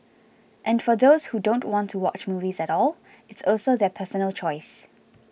and for those who don't want to watch movies at all it's also their personal choice